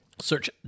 Search